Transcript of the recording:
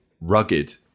rugged